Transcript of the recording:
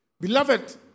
Beloved